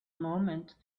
moment